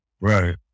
Right